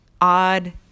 odd